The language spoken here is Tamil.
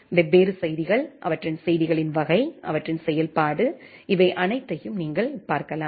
வெவ்வேறு செய்திகள் அவற்றின் செய்திகளின் வகை அவற்றின் செயல்பாடு இவை அனைத்தையும் நீங்கள் பார்க்கலாம்